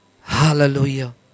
Hallelujah